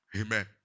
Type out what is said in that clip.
Amen